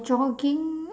jogging